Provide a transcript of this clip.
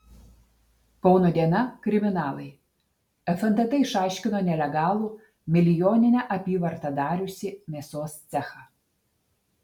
kauno diena kriminalai fntt išaiškino nelegalų milijoninę apyvartą dariusį mėsos cechą